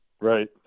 Right